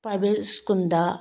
private ꯁ꯭ꯀꯨꯜꯗ